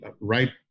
right